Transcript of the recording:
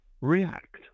react